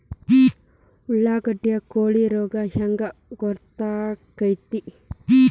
ಉಳ್ಳಾಗಡ್ಡಿ ಕೋಳಿ ರೋಗ ಹ್ಯಾಂಗ್ ಗೊತ್ತಕ್ಕೆತ್ರೇ?